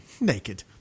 naked